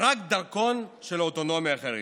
רק דרכון של האוטונומיה החרדית.